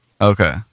Okay